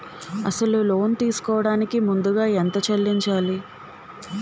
అసలు లోన్ తీసుకోడానికి ముందుగా ఎంత చెల్లించాలి?